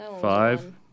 Five